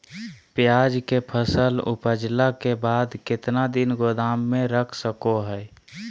प्याज के फसल उपजला के बाद कितना दिन गोदाम में रख सको हय?